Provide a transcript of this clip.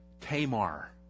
Tamar